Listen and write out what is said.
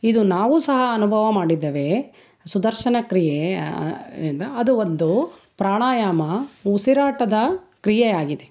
ಇದು ನಾವೂ ಸಹ ಅನುಭವ ಮಾಡಿದ್ದೇವೆ ಸುದರ್ಶನ ಕ್ರಿಯೆ ಇಂದ ಅದು ಒಂದು ಪ್ರಾಣಾಯಾಮ ಉಸಿರಾಟದ ಕ್ರಿಯೆ ಆಗಿದೆ